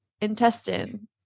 intestine